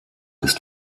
ist